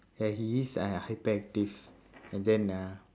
ya he is uh hyperactive and then uh